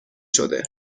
شده